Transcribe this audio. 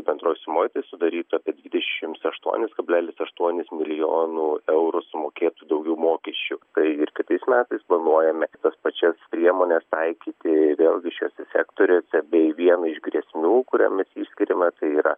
bendros sumos sudarytų apie dvidešims aštuonis kablelis aštuonis milijonų eurų sumokėtų daugiau mokesčių tai ir kitais metais planuojame tas pačias priemones taikyti vėlgi šiuose sektoriuose bei viena iš grėsmių kurią mes išskiriame tai yra